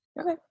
Okay